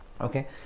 Okay